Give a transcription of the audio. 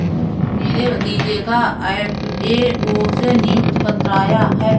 मेरे भतीजे का एफ.ए.ओ से नियुक्ति पत्र आया है